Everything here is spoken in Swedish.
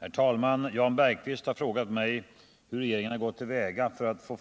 Herr talman! Jan Bergqvist har frågat mig hur regeringen har gått till väga för att få